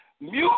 music